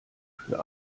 für